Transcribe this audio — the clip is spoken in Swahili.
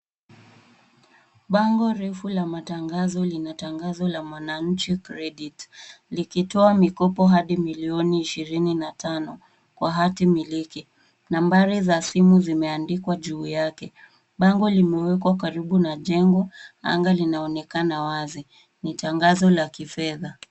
Bango refu la matangazo lina tangazo la Mwananchi Credit , likitoa mikopo hadi milioni ishirini na tano kwa hati miliki. Nambari za simu zimeandikwa juu yake. Bango limewekwa karibu na jengo, anga linaonekana wazi. Ni tangazo la kifedha.